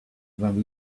when